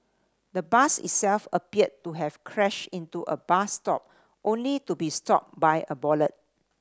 the bus itself appeared to have crashed into a bus stop only to be stopped by a bollard